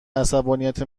عصبانیت